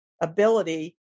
ability